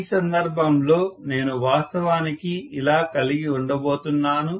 ఈ సందర్భంలో నేను వాస్తవానికి ఇలా కలిగి ఉండబోతున్నాను